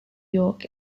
york